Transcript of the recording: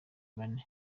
bane